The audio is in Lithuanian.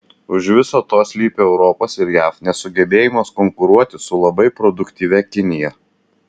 už viso to slypi europos ir jav nesugebėjimas konkuruoti su labai produktyvia kinija